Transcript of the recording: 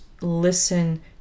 listen